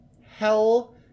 hell